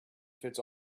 fits